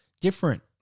different